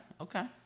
Okay